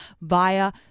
via